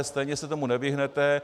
Stejně se tomu nevyhnete.